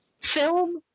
film